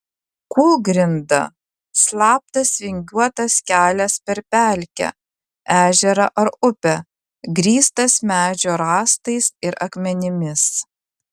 kūlgrinda slaptas vingiuotas kelias per pelkę ežerą ar upę grįstas medžio rąstais ir akmenimis